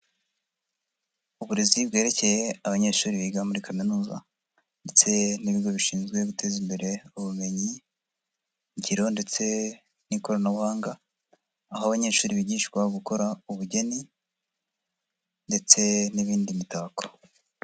Uburezi bwerekeye abanyeshuri biga muri aminuza ndetse n'ibigo bishinzwe guteza imbere ubumenyigiro ndetse n'ikoranabuhanga, aho abanyeshuri bigishwa gukora ubugeni ndetse n'ibindi mitako.